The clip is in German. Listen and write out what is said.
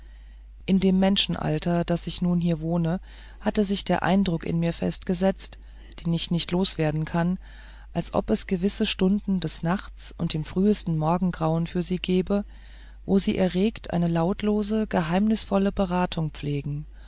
in dem menschenalter das ich nun hier wohne hat sich der eindruck in mir festgesetzt den ich nicht loswerden kann als ob es gewisse stunden des nachts und im frühesten morgengrauen für sie gäbe wo sie erregt eine lautlose geheimnisvolle beratung pflegen